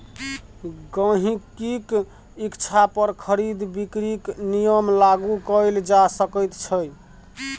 गहिंकीक इच्छा पर खरीद बिकरीक नियम लागू कएल जा सकैत छै